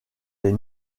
les